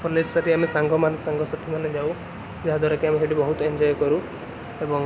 college ସାରି ଆମେ ସାଙ୍ଗମାନେ ସାଙ୍ଗସାଥୀମାନେ ଯାଉ ଯାହାଦ୍ଵାରା କି ଆମେ ସେଇଠି ବହୁତ ଏନ୍ଜୟ କରୁ ଏବଂ